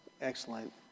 Excellent